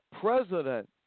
president